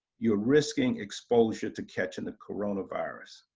you're risking exposure to catching the coronavirus.